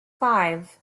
five